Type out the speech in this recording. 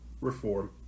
reform